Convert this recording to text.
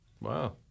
Wow